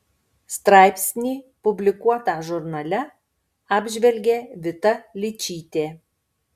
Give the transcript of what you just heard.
straipsnį publikuotą žurnale apžvelgė vita ličytė